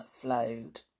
flowed